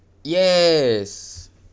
yes